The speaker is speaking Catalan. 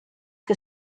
que